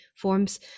forms